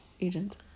agent